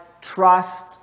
trust